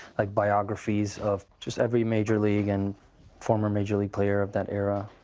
like, biographies of just every major league and former major league player of that era.